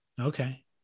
Okay